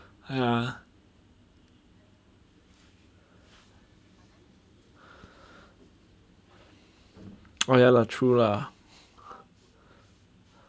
ah ya oh ya lah true lah